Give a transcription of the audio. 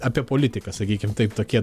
apie politiką sakykim taip tokie